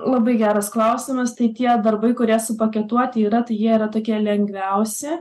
labai geras klausimas tai tie darbai kurie supaketuoti yra tai jie yra tokie lengviausi